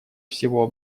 всего